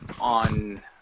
on